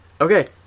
Okay